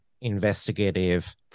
investigative